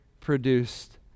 produced